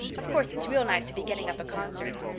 of course it's real nice to be getting up a concert.